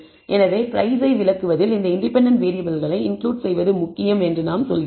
எனவே பிரைஸை விளக்குவதில் இந்த இண்டிபெண்டன்ட் வேறியபிள்களை இன்கிளுட் செய்வது முக்கியம் என்று நாம் சொல்கிறோம்